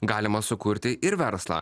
galima sukurti ir verslą